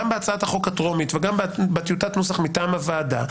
גם בהצעת החוק הטרומית וגם בטיוטת הנוסח מטעם הוועדה.